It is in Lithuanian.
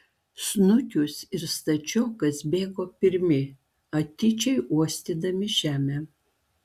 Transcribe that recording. snukius ir stačiokas bėgo pirmi atidžiai uostydami žemę